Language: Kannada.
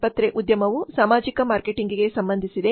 ಆಸ್ಪತ್ರೆ ಉದ್ಯಮವು ಸಾಮಾಜಿಕ ಮಾರ್ಕೆಟಿಂಗ್ಗೆ ಸಂಬಂಧಿಸಿದೆ